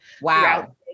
Wow